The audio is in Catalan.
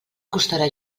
costarà